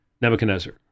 Nebuchadnezzar